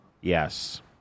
yes